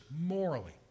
morally